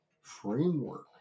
framework